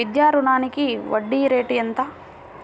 విద్యా రుణానికి వడ్డీ రేటు ఎంత?